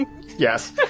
Yes